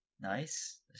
Nice